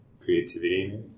Creativity